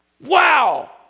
wow